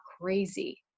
crazy